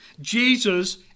Jesus